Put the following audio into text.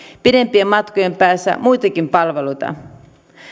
pidempien matkojen päässä muitakin palveluita